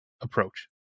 approach